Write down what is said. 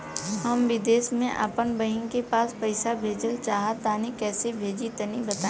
हम विदेस मे आपन बहिन के पास पईसा भेजल चाहऽ तनि कईसे भेजि तनि बताई?